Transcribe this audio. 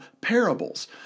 parables